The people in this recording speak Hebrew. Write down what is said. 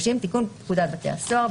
30. תיקון פקודת בתי הסוהר.